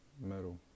Metal